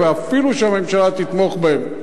ואפילו שהממשלה תתמוך בהם,